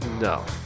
No